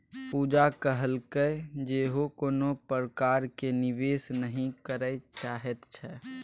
पूजा कहलकै जे ओ कोनो प्रकारक निवेश नहि करय चाहैत छै